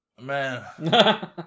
Man